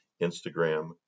Instagram